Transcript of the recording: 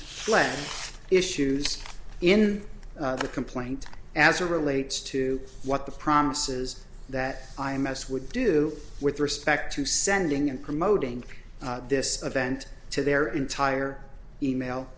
left issues in the complaint as a relates to what the promises that i m s would do with respect to sending and promoting this event to their entire email